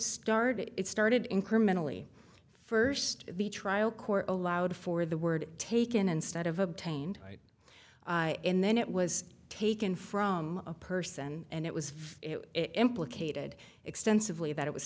started it started incrementally first the trial court allowed for the word taken instead of obtained in then it was taken from a person and it was implicated extensively that it was